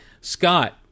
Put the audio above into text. Scott